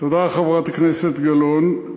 תודה, חברת הכנסת גלאון.